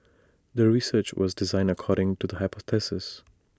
the research was designed according to the hypothesis